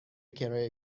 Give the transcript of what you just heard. کرایه